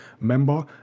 member